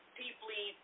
deeply